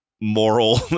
moral